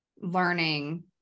learning